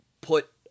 put